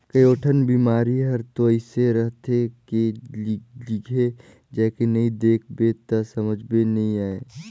कयोठन बिमारी हर तो अइसे रहथे के लिघे जायके नई देख बे त समझे मे नई आये